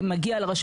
לכל דבר יש